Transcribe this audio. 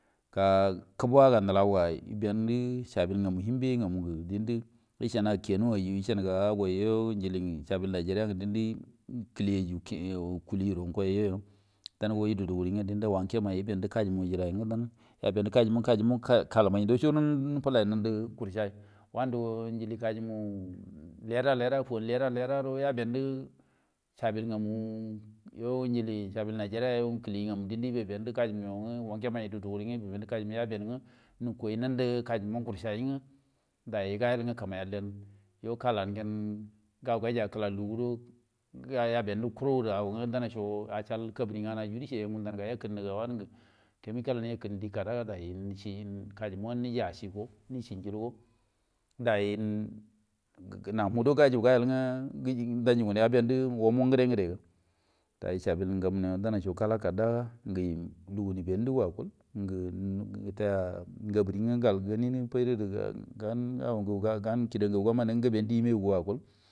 Kubuga nalau ga ebenge sabul ngamu hinba dunide eceniga kenu yu eceniga awo ge unigal sabul nigeria ge dindi kilai ye gal kului ngo ngo danwo yeri wanke mairi dindi kajimu yeri mungi kamal ngu ndo togu do tilondi gedi kurchal ge jili kaguman ge leda leda co ledari yubendi sabil ngamu yo ge rjili sabil nigeria yo kili ye be bendi kajimu yo wagema ye ye ndi kajimu ye bengi yukoi yajimu kamuus kurchai nge doy gairi nge gamunu kurchai dai gayiga kimai alliryen yen gau gajiyen ikilawgegenun ge bega kuronge hau nga ecal kanudie nga dan aji dici ye mangan yakinin nga, kemi kal me acal dikada ga ye acigo yecirgo dayin go namu gudo gicarnge gan gide danyo omo ngede ngede dai sabil gamun go kda kado ga lugu nubendigo acul, lugu gelaya ngabidi gudo acul ga gan cida ngagu ko.